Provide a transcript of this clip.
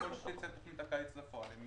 ככל שתצא תכנית הקיץ לפועל,